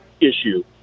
issue